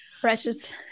Precious